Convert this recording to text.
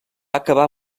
acabar